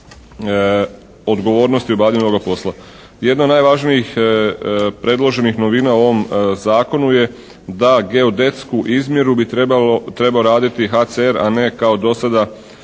odgovornosti obavljenoga posla. Jedna od najvažnijih predloženih novina u ovom zakonu je da geodetsku izmjeru bi trebalo, trebao raditi HCR a ne kao do sada